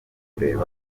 kureba